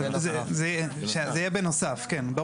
זה יהיה בנוסף, כן.